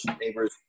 neighbors